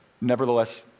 nevertheless